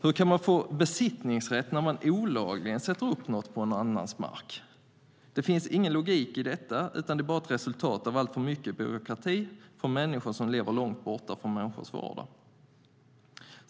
Hur kan man få besittningsrätt när man olagligt sätter upp något på någon annans mark? Det finns ingen logik i detta. Det är bara ett resultat av alltför mycket byråkrati från människor som lever långt borta från andra människors vardag.